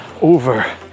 over